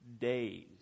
days